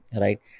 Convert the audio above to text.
right